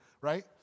right